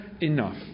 enough